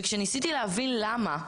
וכאשר ניסיתי להבין למה,